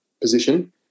position